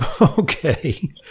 Okay